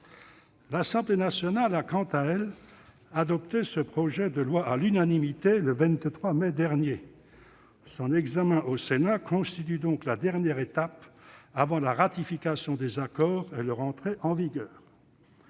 L'Assemblée nationale a, quant à elle, adopté ce projet de loi, à l'unanimité, le 23 mai dernier. Son examen au Sénat constitue donc la dernière étape avant la ratification des accords et leur entrée en vigueur.